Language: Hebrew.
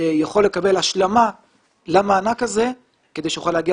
יכול לקבל השלמה למענק הזה כדי שיוכל להגיע